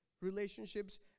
relationships